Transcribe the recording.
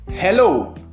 Hello